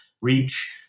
REACH